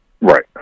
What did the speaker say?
Right